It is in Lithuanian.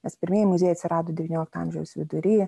nes pirmieji muziejai atsirado devyniolikto amžiaus vidury